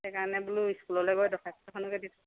সেইকাৰণে বোলো ইস্কুললে বাৰু দৰ্খাস্ত এখনকে দিছোঁ